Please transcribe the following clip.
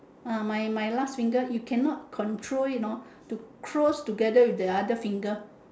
ah my my last finger you cannot control you know to close together with the other finger